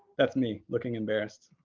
that's me, looking embarrassed.